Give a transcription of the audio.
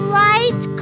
light